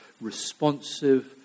responsive